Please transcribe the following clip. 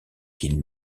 qu’il